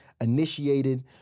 Initiated